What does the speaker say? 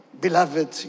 beloved